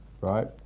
right